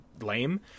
lame